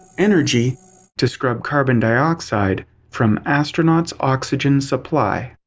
energy to scrub carbon dioxide from astronauts oxygen supply.